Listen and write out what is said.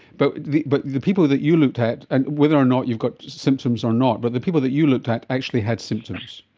but but the people that you looked at, and whether or not you've got symptoms or not, but the people that you looked at actually had symptoms.